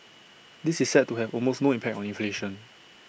this is set to have almost no impact on inflation